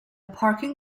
parking